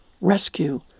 rescue